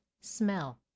smell